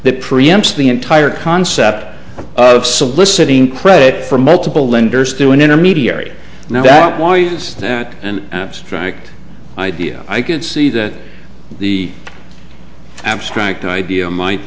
that preempts the entire concept of soliciting credit for multiple lenders through an intermediary now that why is that an abstract idea i can see that the abstract idea might